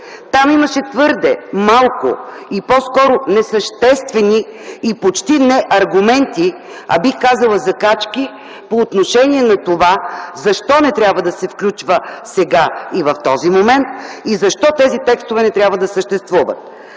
Там имаше твърде малко и по-скоро несъществени – почти не аргументи, а, бих казала, закачки по отношение на това защо не трябва да се включва сега и в този момент и защо тези текстове не трябва да съществуват.